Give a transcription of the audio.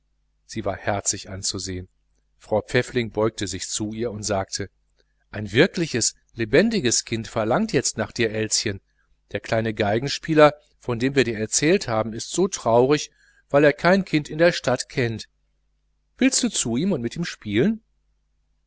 sie war herzig anzusehen frau pfäffling beugte sich zu ihr und sagte ein wirkliches lebendiges kind verlangt jetzt nach dir elschen der kleine violinspieler von dem wir dir erzählt haben ist so traurig weil er kein kind in der stadt kennt willst du zu ihm und mit ihm spielen